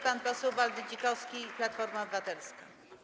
Pan poseł Waldy Dzikowski, Platforma Obywatelska.